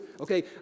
okay